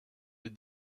des